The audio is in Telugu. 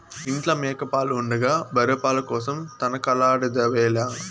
ఇంట్ల మేక పాలు ఉండగా బర్రె పాల కోసరం తనకలాడెదవేల